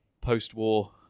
post-war